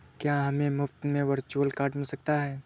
क्या हमें मुफ़्त में वर्चुअल कार्ड मिल सकता है?